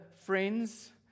friends